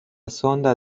sonda